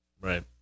Right